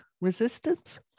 resistance